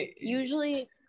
usually